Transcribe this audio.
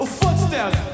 footsteps